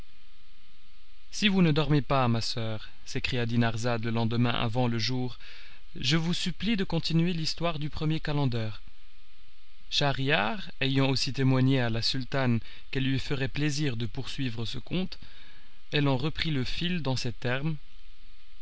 si vous ne dormez pas ma soeur s'écria dinarzade le lendemain avant le jour je vous supplie de continuer l'histoire du premier calender schahriar ayant aussi témoigné à la sultane qu'elle lui ferait plaisir de poursuivre ce conte elle en reprit le fil dans ces termes